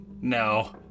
no